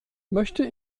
möchte